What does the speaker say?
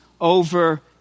over